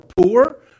poor